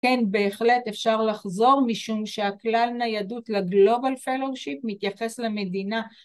כן בהחלט אפשר לחזור משום שהכלל ניידות לגלובל פלושיפ מתייחס למדינה